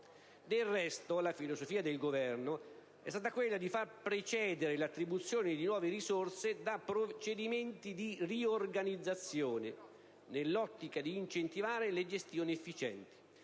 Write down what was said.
Del resto, la filosofia del Governo è stata quella di far precedere l'attribuzione di nuove risorse da procedimenti di riorganizzazione, nell'ottica di incentivare le gestioni efficienti,